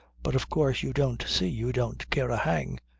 but of course you don't see. you don't care a hang.